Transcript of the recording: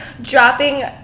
dropping